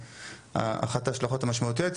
אחת ההשלכות המשמעותיות,